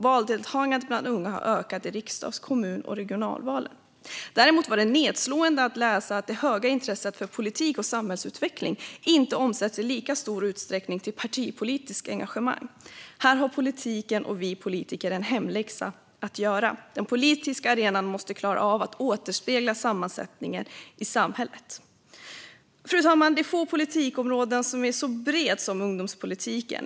Valdeltagandet bland unga har ökat i riksdags, kommun och regionvalen. Däremot var det nedslående att läsa att det höga intresset för politik och samhällsutveckling inte i lika stor utsträckning omsätts i partipolitiskt engagemang. Här har politiken och vi politiker en hemläxa att göra. Den politiska arenan måste klara av att återspegla sammansättningen i samhället. Fru talman! Det är få politikområden som är så breda som ungdomspolitiken.